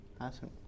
awesome